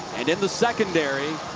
and in the secondary,